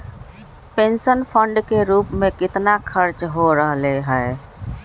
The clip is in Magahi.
पेंशन फंड के रूप में कितना खर्च हो रहले है?